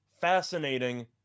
fascinating